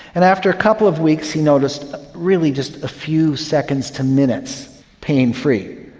and after a couple of weeks he noticed really just a few seconds to minutes pain free.